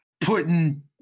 putting